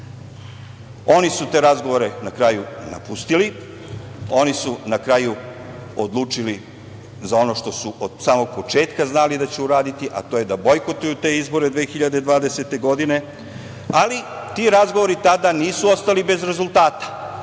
oni su te razgovore na kraju napustili, oni su na kraju odlučili za ono što su od samog početka znali da će uraditi, a to je da bojkotuju te izbore 2020. godine. Ali, ti razgovori tada nisu ostali bez rezultata.